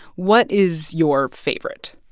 what is your favorite?